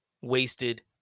wasted